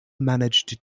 managed